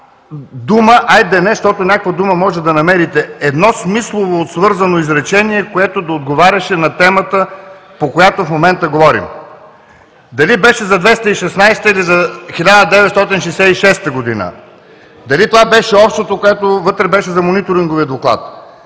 айде не, защото някаква дума може да намерите, едно смислово свързано изречение, което да отговаряше на темата, по която в момента говорим? Дали беше за 2016 г. или за 1966 г.? Дали това беше общото с Мониторинговия доклад?